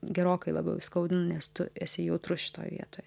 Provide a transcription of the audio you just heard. gerokai labiau įskaudina nes tu esi jautrus šitoj vietoj